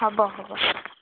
হ'ব হ'ব